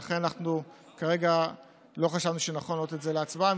לכן אנחנו כרגע לא חשבנו שנכון להעלות את זה להצבעה.